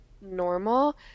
normal